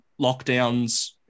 lockdowns